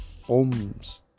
forms